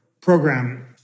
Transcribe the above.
program